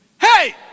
Hey